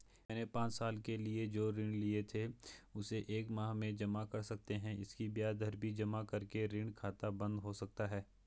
मैंने पांच साल के लिए जो ऋण लिए थे उसे एक माह में जमा कर सकते हैं इसकी ब्याज दर भी जमा करके ऋण खाता बन्द हो सकता है?